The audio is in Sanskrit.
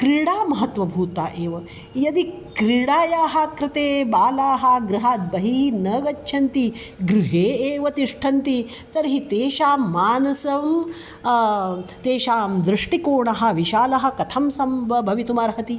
क्रीडा महत्वभूता एव यदि क्रीडायाः कृते बालाः गृहात् बहिः न गच्छन्ति गृहे एव तिष्ठन्ति तर्हि तेषां मानसं तेषां दृष्टिकोणः विशालः कथं सम्ब भवितुमर्हति